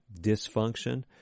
dysfunction